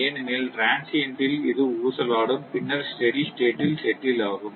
ஏனெனில் ட்ரான்சியின்ட் ல் இது ஊசலாடும் பின்னர் ஸ்டெடி ஸ்டேட் ல் செட்டில் ஆகும்